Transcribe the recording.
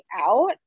out